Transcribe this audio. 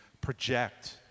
project